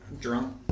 Drunk